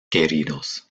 queridos